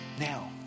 now